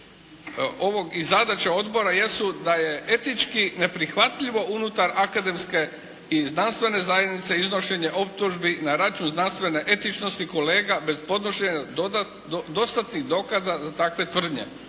ovog i zadaća odbora jesu da je etički neprihvatljivo unutar akademske i znanstvene zajednice iznošenje optužbi na račun znanstvene etičnosti kolega bez podnošenja dostatnih dokaza za takve tvrdnje.